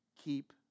keep